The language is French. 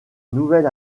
nouvel